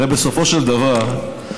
הרי בסופו של דבר,